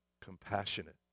compassionate